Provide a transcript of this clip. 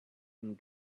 and